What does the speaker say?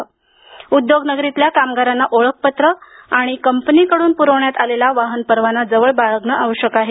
मात्र उद्योग नगरीतल्या कामगारांना ओळख पत्र आणि कंपनीकडून पुरवण्यात आलेला वाहन परवाना जवळ बाळगणे आवश्यक आहे